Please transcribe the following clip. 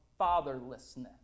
fatherlessness